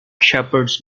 shepherds